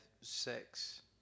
Sex